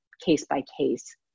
case-by-case